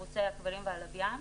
ערוצי הכבלים והלוויין,